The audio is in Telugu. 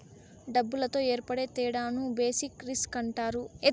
డబ్బులతో ఏర్పడే తేడాను బేసిక్ రిస్క్ అని అంటారు